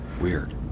weird